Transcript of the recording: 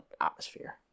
atmosphere